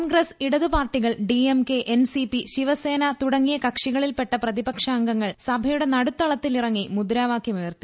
കോൺഗ്രസ് ഇടതു പാർട്ടികൾ ഡിഎംകെ എൻസിപി ശിവസേന തുടങ്ങിയ കക്ഷികളിൽപ്പെട്ട പ്രതിപക്ഷ അംഗങ്ങൾ സഭയുടെ നടുത്തളത്തിൽ ഇറങ്ങി മുദ്രാവാക്യമുയർത്തി